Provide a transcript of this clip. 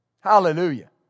Hallelujah